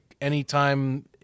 anytime